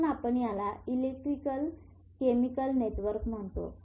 म्हणून आपण याला इलेक्ट्रिकल केमिकल नेटवर्क म्हणतो